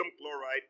chloride